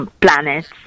planets